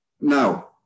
Now